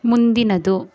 ಮುಂದಿನದು